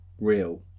real